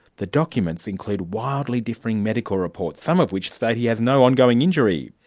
the documents include wildly differing medical reports, some of which state he has no ongoing injury.